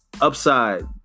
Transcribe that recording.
Upside